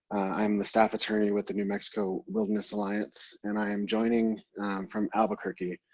i'm the staff attorney with the new mexico wilderness alliance. and i am joining from albuquerque,